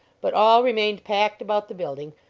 but all remained packed about the building,